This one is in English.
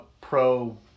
pro